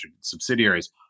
subsidiaries